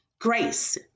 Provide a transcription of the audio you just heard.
grace